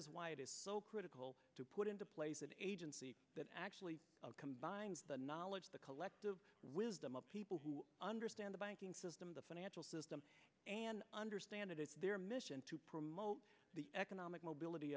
is why it is so critical to put into place an agency that actually combines the knowledge the collective wisdom of people who understand the banking system the financial system and understand it it's their mission to promote the economic mobility